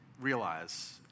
realize